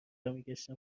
میگشتم